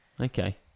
okay